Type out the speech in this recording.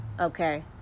Okay